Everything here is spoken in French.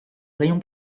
rayon